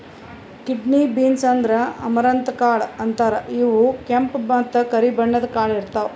kidney beans ಅಂದ್ರ amaranth ಕಾಳ್ ಅಂತಾರ್ ಇವ್ ಕೆಂಪ್ ಮತ್ತ್ ಕರಿ ಬಣ್ಣದ್ ಕಾಳ್ ಇರ್ತವ್